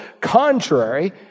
contrary